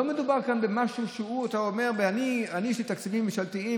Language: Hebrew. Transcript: לא מדובר כאן במשהו שאתה אומר: יש לי תקציבים ממשלתיים